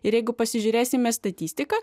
ir jeigu pasižiūrėsime statistiką